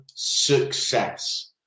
success